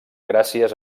gràcies